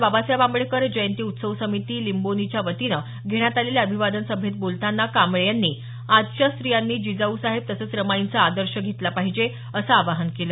बाबासाहेब आंबेडकर जयंती उत्सव समिती लिंबोनीच्या वतीनं घेण्यात आलेल्या अभिवादन सभेत बोलताना कांबळे यांनी आजच्या स्त्रियांनी जिजाऊसाहेब तसंच रमाईंचा आदर्श घेतला पाहिजे असं आवाहन त्यांनी केलं